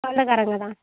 சொந்தக்காரங்க தான்